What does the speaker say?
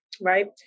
right